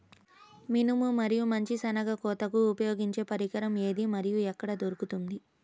మినుము మరియు మంచి శెనగ కోతకు ఉపయోగించే పరికరం ఏది మరియు ఎక్కడ దొరుకుతుంది?